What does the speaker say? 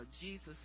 Jesus